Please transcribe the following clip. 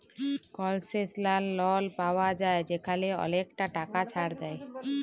কলসেশলাল লল পাউয়া যায় যেখালে অলেকটা টাকা ছাড় দেয়